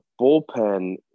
bullpen